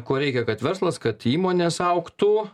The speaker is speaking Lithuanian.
ko reikia kad verslas kad įmonės augtų